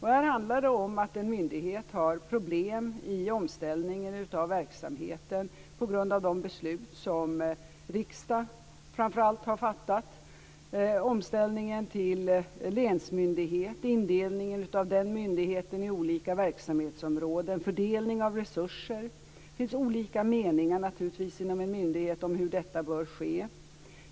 Här handlar det om att en myndighet har problem i den omställning av verksamheten som beror på beslut som framför allt riksdagen har fattat: omställningen till länsmyndighet, indelningen av den myndigheten i olika verksamhetsområden och fördelningen av resurser. Det finns naturligtvis olika meningar inom en myndighet om hur detta bör ske.